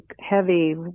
heavy